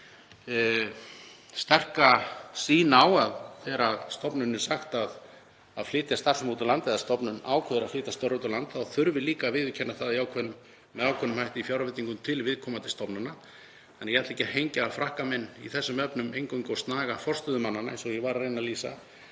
sýn á að þegar stofnun er sagt að flytja starfsemi út á land eða stofnun ákveður að flytja störf út á land þá þurfi líka að viðurkenna það með ákveðnum hætti í fjárveitingum til viðkomandi stofnana. Þannig að ég ætla ekki að hengja frakka minn í þessum efnum eingöngu á snaga forstöðumannanna, eins og ég var að reyna að lýsa,